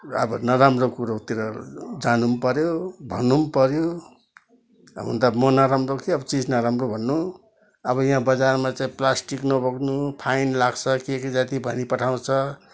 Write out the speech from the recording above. अब नराम्रो कुरोतिर जान पनि पर्यो भन्नु पनि पर्यो हुन् त म नराम्रो कि अब चिज नराम्रो भन्नु अब यहाँ बजारमा चाहिँ प्लास्टिक नबोक्नु फाइन लाग्छ के के जाति भनिपठाउँछ